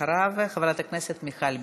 אחריו, חברת הכנסת מיכל בירן,